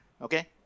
Okay